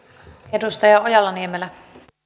edustaja ville vähämäki täällä